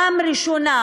ובפעם הראשונה,